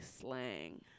slang